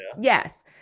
Yes